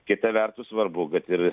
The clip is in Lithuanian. kita vertus svarbu kad ir